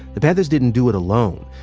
the panthers didn't do it alone.